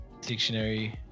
Dictionary